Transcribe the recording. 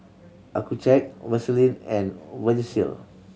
Accucheck Vaselin and Vagisil